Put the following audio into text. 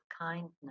kindness